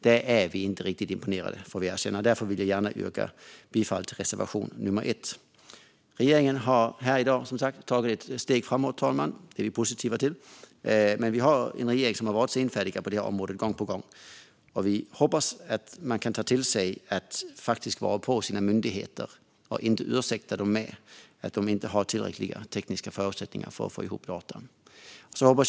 Det är vi inte riktigt imponerade av, och därför vill jag yrka bifall till reservation 1. Regeringen har tagit ett steg framåt här i dag, fru talman. Det är vi positiva till. Men vi har en regering som gång på gång har varit senfärdig på området. Vi hoppas därför att man faktiskt kommer att vara på sina myndigheter och inte ursäkta dem med att de inte har tillräckliga tekniska förutsättningar för att få ihop sina data.